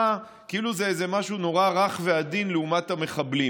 כאילו זה איזה משהו נורא רך ועדין לעומת המחבלים.